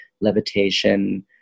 levitation